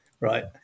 right